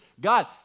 God